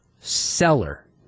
seller